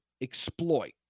exploit